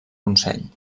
consell